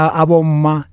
aboma